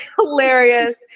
hilarious